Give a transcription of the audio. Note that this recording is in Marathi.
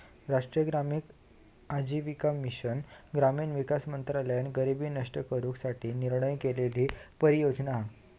राष्ट्रीय ग्रामीण आजीविका मिशन ग्रामीण विकास मंत्रालयान गरीबी नष्ट करू साठी निर्माण केलेली परियोजना हा